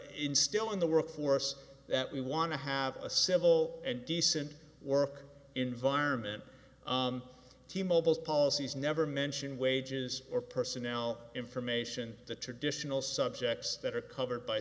instill in the workforce that we want to have a civil and decent work environment t mobile's policies never mention wages or personnel information the traditional subjects that are covered by